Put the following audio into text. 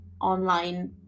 online